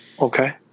Okay